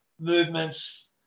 movements